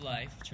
Life